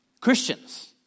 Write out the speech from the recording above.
Christians